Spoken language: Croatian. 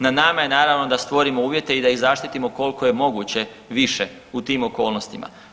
Na nama je naravno da stvorimo uvjete i da ih zaštitimo koliko je moguće više u tim okolnostima.